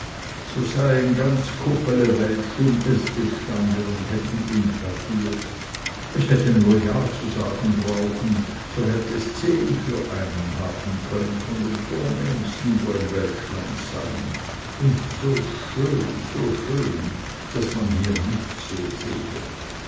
so seien ganz kuppele weltsch um es gestanden und hätten ihm flattiert es hätte nur brauchen ja zu sagen so hätte es zehn für einen haben können von den vornehmsten wo im weltschland seien und so schön so schön daß man hier nichts so sehe